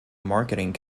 marketing